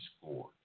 scores